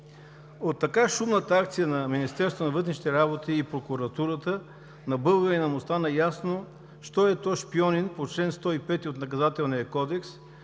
От така шумната акция на Министерството на вътрешните работи и прокуратурата на българина му стана ясно що е то шпионин по чл. 105 от Наказателния кодекс,